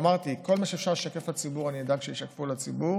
ואמרתי: כל מה שאפשר לשקף לציבור אני אדאג שישקפו לציבור,